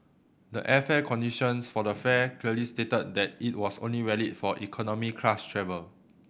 the airfare conditions for the fare clearly stated that it was only valid for economy class travel